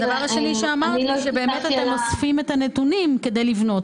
אמרת שאתם אוספים את הנתונים כדי לבנות.